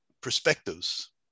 perspectives